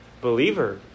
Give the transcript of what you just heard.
believer